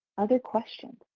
other questions?